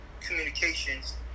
communications